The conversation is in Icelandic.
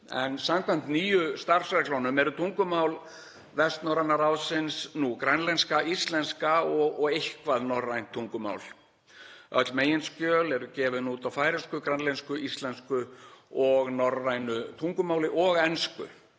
en samkvæmt nýju starfsreglunum eru tungumál Vestnorræna ráðsins nú grænlenska, íslenska og eitthvert norrænt tungumál. Öll meginskjöl eru gefin út á færeysku, grænlensku, íslensku og norrænu tungumáli, og ensku.